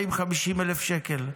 40,000 או 50,000 שקל.